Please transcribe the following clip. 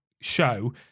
show